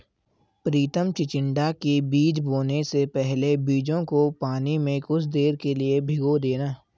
प्रितम चिचिण्डा के बीज बोने से पहले बीजों को पानी में कुछ देर के लिए भिगो देना